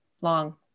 long